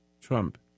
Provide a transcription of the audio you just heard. Trump